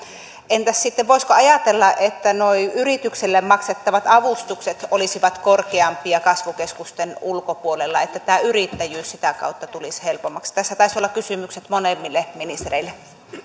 entä voisiko ajatella että nuo yritykselle maksettavat avustukset olisivat korkeampia kasvukeskusten ulkopuolella että tämä yrittäjyys sitä kautta tulisi helpommaksi tässä taisivat olla kysymykset molemmille ministereille vielä